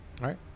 right